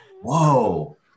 Whoa